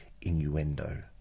innuendo